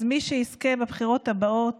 אז מי שיזכה בבחירות הבאות